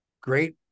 great